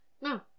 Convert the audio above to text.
no